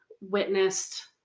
witnessed